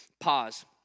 Pause